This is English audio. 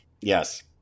Yes